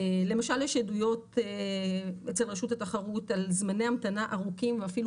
למשל יש עדויות אצל רשות התחרות על זמני המתנה ארוכים ואפילו